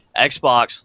Xbox